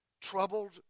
troubled